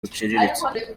buciriritse